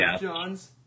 Johns